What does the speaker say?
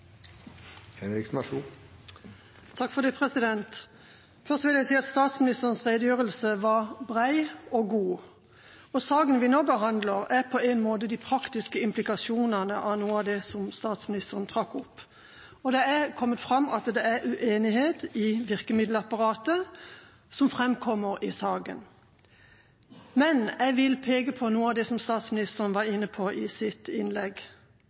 Først vil jeg si at statsministerens redegjørelse var bred og god. Saken vi nå behandler, gjelder på en måte de praktiske implikasjonene av noe av det som statsministeren trakk opp. Det er kommet fram i saken at det er uenighet i virkemiddelapparatet. Jeg vil peke på noe av det som statsministeren var inne på i sitt innlegg.